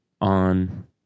on